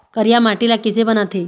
करिया माटी ला किसे बनाथे?